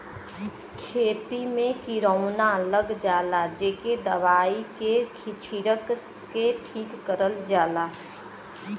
खेती में किरौना लग जाला जेके दवाई के छिरक के ठीक करल जाला